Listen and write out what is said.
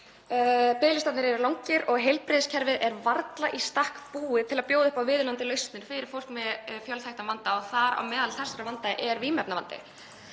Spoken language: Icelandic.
Biðlistarnir eru langir og heilbrigðiskerfið er varla í stakk búið til að bjóða upp á viðunandi lausnir fyrir fólk með fjölþættan vanda. Þar á meðal er vímuefnavandi.